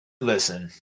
listen